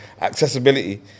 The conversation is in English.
accessibility